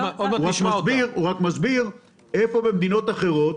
הוא מסביר שבמדינות אחרות